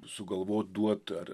sugalvot duot ar